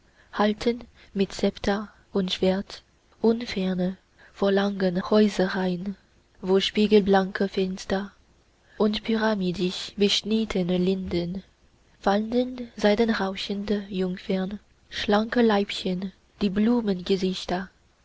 halten mit zepter und schwert unferne vor langen häuserreihn wo spiegelblanke fenster und pyramidisch beschnittene linden wandeln seidenrauschende jungfern schlanke leibchen die